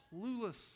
clueless